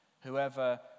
Whoever